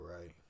right